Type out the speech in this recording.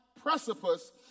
Precipice